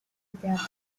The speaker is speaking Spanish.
teatro